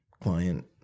client